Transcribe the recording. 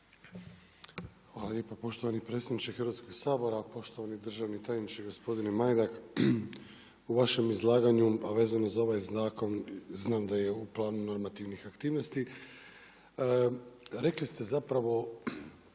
Hvala lijepo poštovani predsjedniče Hrvatskoga sabora. Poštovani državni tajniče gospodine Majdak. U vašem izlaganju, a vezano za ovaj zakon znam da je u planu normativnih aktivnosti, rekli ste zapravo